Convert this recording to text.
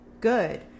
good